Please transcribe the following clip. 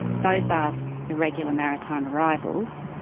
those are irregular maritime arrivals,